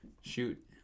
shoot